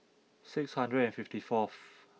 six hundred fifty fourth